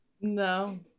No